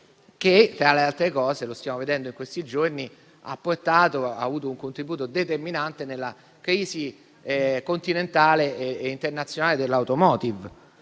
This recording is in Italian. che, tra le altre cose (lo stiamo vedendo in questi giorni), ha portato un contributo determinante nella crisi continentale e internazionale dell'*automotive*?